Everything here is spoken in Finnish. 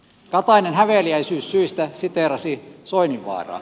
katainen häveliäisyyssyistä siteerasi soininvaaraa